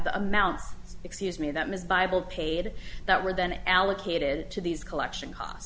the amounts excuse me that ms bible paid that were then allocated to these collection cost